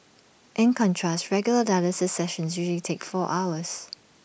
in contrast regular dialysis sessions usually take four hours